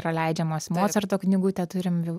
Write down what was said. yra leidžiamos mocarto knygutę turim jau